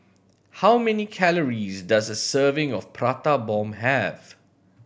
how many calories does a serving of Prata Bomb have